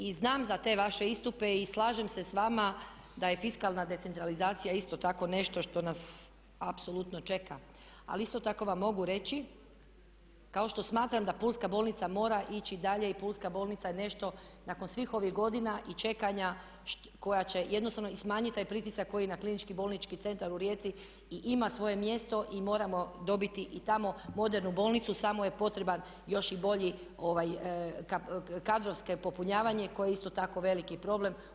I znam za te vaše istupe i slažem se sa vama da je fiskalna decentralizacija isto tako nešto što nas apsolutno čeka, ali isto tako vam mogu reći kao što smatram da Pulska bolnica mora ići dalje i pulska bolnica je nešto nakon svih ovih godina i čekanja koja će jednostavno i smanjiti taj pritisak koji na Klinički bolnički centar u Rijeci i ima svoje mjesto i moramo dobiti i tamo modernu bolnicu samo je potreban još i bolji kadrovsko popunjavanje koji je isto tako veliki problem.